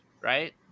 right